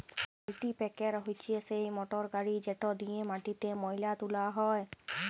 কাল্টিপ্যাকের হছে সেই মটরগড়ি যেট দিঁয়ে মাটিতে ময়লা তুলা হ্যয়